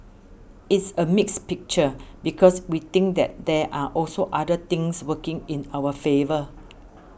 it's a mixed picture because we think that there are also other things working in our favour